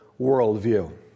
worldview